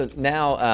ah now,